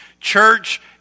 Church